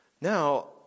Now